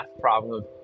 problem